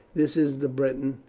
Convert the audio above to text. this is the briton,